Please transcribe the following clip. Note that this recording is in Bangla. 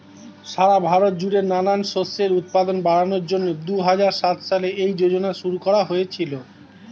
সারা ভারত জুড়ে নানান শস্যের উৎপাদন বাড়ানোর জন্যে দুহাজার সাত সালে এই যোজনা শুরু করা হয়েছিল